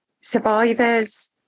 survivors